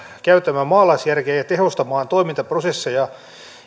käyttämään maalaisjärkeä ja ja tehostamaan toimintaprosesseja